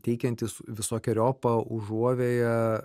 teikiantis visokeriopą užuovėją